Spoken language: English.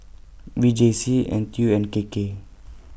V J C N T U and K K